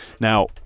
Now